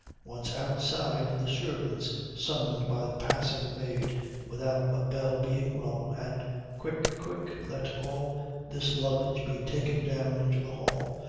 once outside, the servants summoned by the passing maid without a bell being rung, and quick, quick, let all this luggage be taken down into the hall,